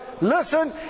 listen